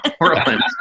Portland